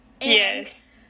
Yes